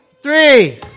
three